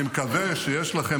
תתכבדו לעשות --- אני מקווה שיש לכם